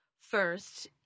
First